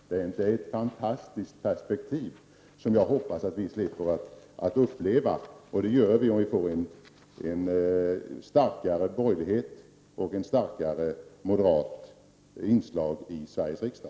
Det är ett fantastiskt perspektiv, som jag hoppas att vi skall slippa uppleva, och det kan vi slippa om vi får en starkare borgerlighet och ett starkare moderat inslag i Sveriges riksdag.